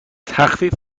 تخفیف